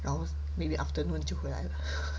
然后 maybe afternoon 就回来了